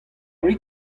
rit